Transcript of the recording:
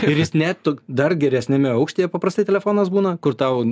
ir jis net tu dar geresniame aukštyje paprastai telefonas būna kur tau